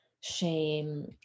shame